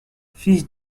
fils